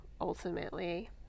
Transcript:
ultimately